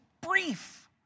brief